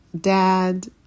dad